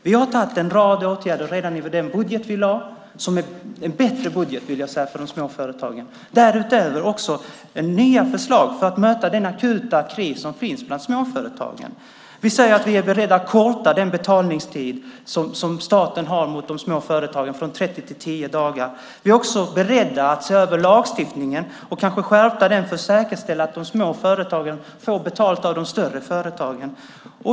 Vi har föreslagit en rad åtgärder redan över den budget vi har lagt fram - en bättre budget för de små företagen - och därutöver nya förslag för att möta den akuta kris som finns bland småföretagen. Vi säger att vi är beredda att korta den betalningstid som staten har mot de små företagen från 30 till 10 dagar. Vi är också beredda att se över lagstiftningen och kanske skärpa den för att säkerställa att de små företagen får betalt av de större företagen.